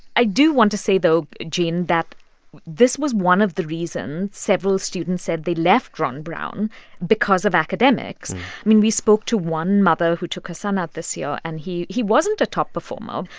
i do want to say though, gene, that this was one of the reasons several students said they left ron brown because of academics i mean, we spoke to one mother who took her son out this year. and he he wasn't a top performer.